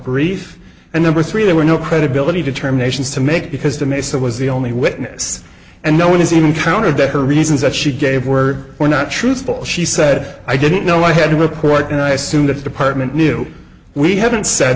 brief and number three there were no credibility determinations to make because the mesa was the only witness and no one is even counted that her reasons that she gave were were not truthful she said i didn't know i had to report and i assume that the department knew we hadn't said